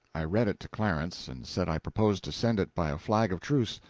i read it to clarence, and said i proposed to send it by a flag of truce.